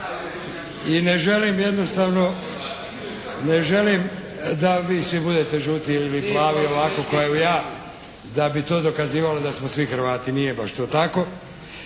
I ne želim jednostavno, ne želim da vi svi budete žuti ili plavi ovako kao ja da bi to dokazivalo da smo svi Hrvati, nije baš to tako.